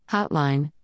Hotline